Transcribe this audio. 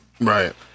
Right